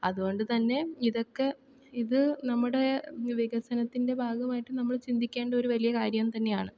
അതുകൊണ്ടു തന്നെ ഇതൊക്കെ ഇത് നമ്മുടെ വികസനത്തിൻ്റെ ഭാഗമായിട്ട് നമ്മൾ ചിന്തിക്കേണ്ട ഒരു വലിയ കാര്യം തന്നെയാണ്